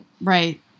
Right